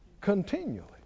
continually